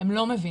הם לא מבינים,